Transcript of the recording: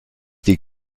die